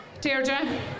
Deirdre